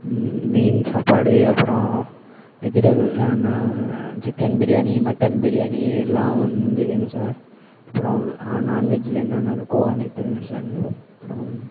மீன் சாப்பாடு அப்புறோம் வெஜிடேபிள் நா சிக்கன் பிரியாணி மட்டன் பிரியாணி எல்லாம் வந்து வேணும் சார் அப்புறோம் நான் வெஜ்ஜியில் என்னென்ன இருக்கோ அனைத்தும் வேணும் சார் அப்பறம்